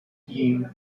team